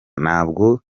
ntabwo